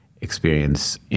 experience